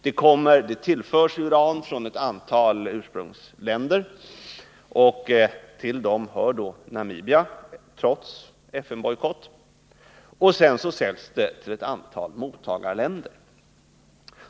Det tillförs uran från ett antal ursprungsländer. Till dem hör Namibia, trots FN-bojkott. Sedan säljs uranet till ett antal mottagarländer.